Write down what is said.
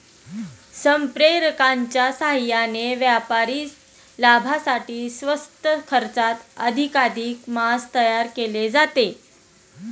संप्रेरकांच्या साहाय्याने व्यापारी लाभासाठी स्वस्त खर्चात अधिकाधिक मांस तयार केले जाते